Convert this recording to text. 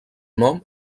nom